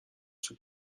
sous